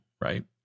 right